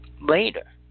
later